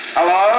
Hello